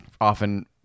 often